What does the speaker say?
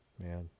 man